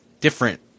different